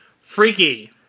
Freaky